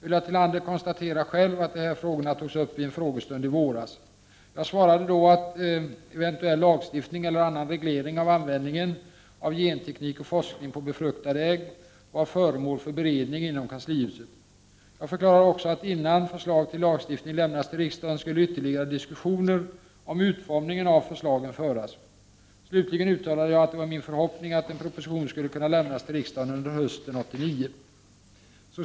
Ulla Tillander konstaterar själv att de här frågorna togs upp vid en frågestund i våras. Jag svarade då att eventuell lagstiftning eller annan reglering av användning av genteknik och forskning på befruktade ägg var föremål för beredning inom kanslihuset. Jag förklarade också att innan förslag till lagstiftning lämnas till riksdagen skulle ytterligare diskussioner om utformningen av förslagen föras. Slutligen uttalade jag att det var min förhoppning att en proposition skulle kunna lämnas till riksdagen under hösten 1989.